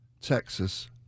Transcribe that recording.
Texas